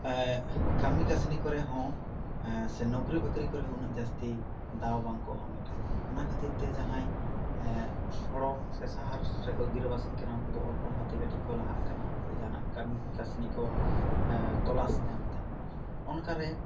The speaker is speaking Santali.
ᱠᱟᱹᱢᱤ ᱠᱟᱹᱥᱱᱤ ᱠᱚᱨᱮ ᱦᱚᱸ ᱥᱮ ᱱᱩᱠᱨᱤ ᱵᱟᱹᱠᱨᱤ ᱠᱚᱨᱮ ᱩᱱᱟᱹᱜ ᱡᱟᱹᱥᱛᱤ ᱫᱟᱣ ᱵᱟᱝ ᱠᱚ ᱦᱟᱢᱮᱴᱟ ᱚᱱᱟ ᱠᱷᱟᱹᱛᱤᱨ ᱛᱮ ᱡᱟᱦᱟᱸᱭ ᱥᱚᱲᱚᱠ ᱥᱮ ᱥᱟᱦᱟᱨ ᱨᱮ ᱠᱚ ᱜᱤᱨᱟᱹᱵᱟᱹᱥᱤ ᱠᱟᱱᱟ ᱩᱱᱠᱩ ᱫᱚ ᱚᱞ ᱯᱟᱲᱦᱟᱣ ᱛᱮ ᱠᱟᱹᱴᱤᱡ ᱠᱚ ᱞᱟᱦᱟᱜ ᱠᱟᱱᱟ ᱥᱮ ᱡᱟᱦᱟᱱᱟᱜ ᱠᱟᱹᱢᱤ ᱠᱟᱹᱥᱱᱤ ᱠᱚ ᱛᱚᱞᱟᱥ ᱧᱟᱢ ᱮᱫᱟ ᱚᱱᱠᱟ ᱨᱮ